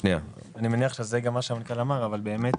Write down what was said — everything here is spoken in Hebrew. אני מניח שזה גם מה שהמנכ"ל אמר אבל באמת